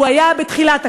הוא היה בתחילת הקיץ.